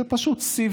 זה פשוט סיב